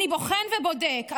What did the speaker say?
שאני בוחן ובודק,